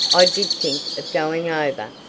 i did think of going over,